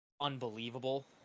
unbelievable